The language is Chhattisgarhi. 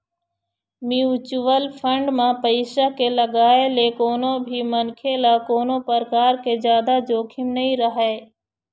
म्युचुअल फंड म पइसा के लगाए ले कोनो भी मनखे ल कोनो परकार के जादा जोखिम नइ रहय